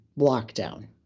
Lockdown